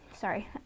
sorry